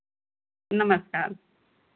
नमस्कार